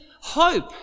hope